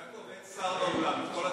יעקב, אין שר באולם, עם כל הכבוד.